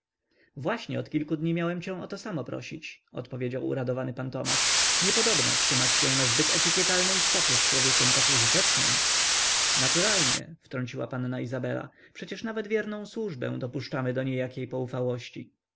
właśnie od kilku dni miałem cię o to samo prosić odpowiedział uradowany p tomasz niepodobna trzymać się na zbyt etykietalnej stopie z człowiekiem tak użytecznym naturalnie wtrąciła panna izabela przecież nawet wierną służbę dopuszczamy do niejakiej